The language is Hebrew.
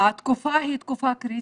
התקופה היא תקופה קריטית.